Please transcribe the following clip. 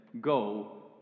go